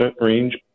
range